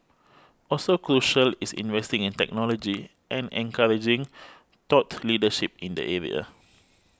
also crucial is investing in technology and encouraging thought leadership in the area